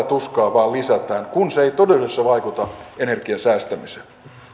tuskaa vain lisätään kun se ei todellisuudessa vaikuta energian säästämiseen